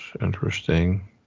Interesting